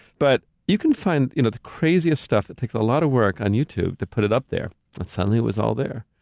but you can find you know the craziest stuff, it takes a lot of work, on youtube, to put it up there. and suddenly it was all there.